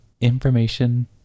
information